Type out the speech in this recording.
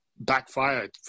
backfired